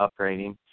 upgrading